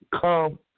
come